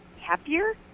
happier